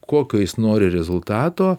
kokio jis nori rezultato